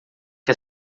que